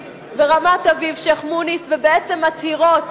ורמת-אביב "שיח'-מוניס" ובעצם מצהירות,